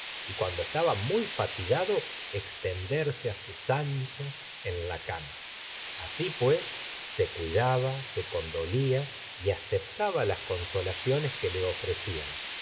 y cuando estaba muy fatigado extenderse á sus anchas en la cama así pues se cuidaba se condolía y aceptaba las consolaciones que le ofrecían